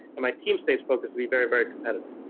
and my team stays focused to be very very competitive.